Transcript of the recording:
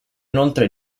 inoltre